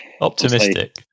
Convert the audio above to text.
Optimistic